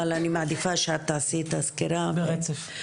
אבל אני מעדיפה שאת תעשי את הסקירה ברצף.